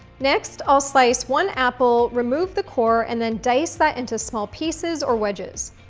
next, i'll slice one apple, remove the core, and then dice that into small pieces or wedges.